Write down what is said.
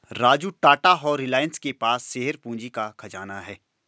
राजू टाटा और रिलायंस के पास शेयर पूंजी का खजाना है